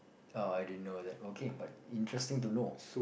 uh I didn't know that okay but interesting to know